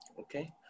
Okay